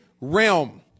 realm